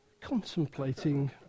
contemplating